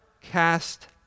cast